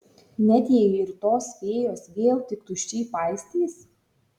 net jei ir tos fėjos vėl tik tuščiai paistys